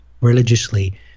religiously